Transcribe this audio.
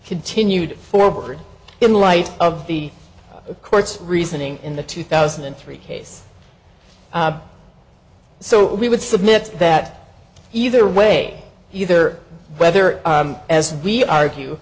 continued forward in light of the court's reasoning in the two thousand and three case so we would submit that either way either whether as we argue